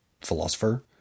philosopher